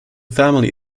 family